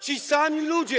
Ci sami ludzie.